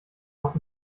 noch